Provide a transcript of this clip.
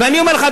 ואני אומר לך,